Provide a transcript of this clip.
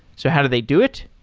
so how do they do it?